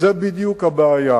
וזאת בדיוק הבעיה.